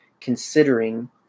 considering